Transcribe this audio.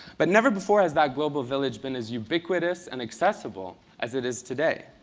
but never before has that global village been as ubiquitous and accessible as it is today.